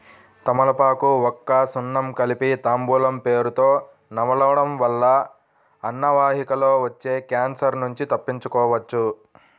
తమలపాకు, వక్క, సున్నం కలిపి తాంబూలం పేరుతొ నమలడం వల్ల అన్నవాహికలో వచ్చే క్యాన్సర్ నుంచి తప్పించుకోవచ్చు